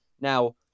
Now